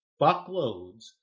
buckloads